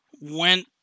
went